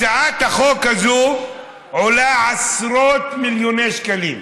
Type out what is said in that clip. הצעת החוק הזו עולה עשרות מיליוני שקלים,